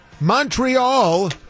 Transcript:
Montreal